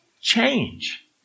change